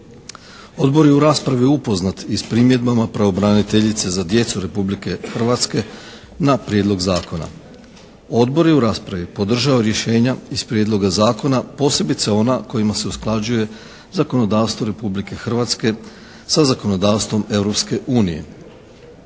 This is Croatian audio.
Odbor je u raspravi upoznat i s primjedbama pravobraniteljice za djecu Republike Hrvatske na Prijedlog zakona. Odbor je u raspravi podržao rješenja iz Prijedloga zakona, posebice ona kojima se usklađuje zakonodavstvo Republike Hrvatske sa zakonodavstvom